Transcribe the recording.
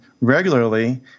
regularly